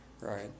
right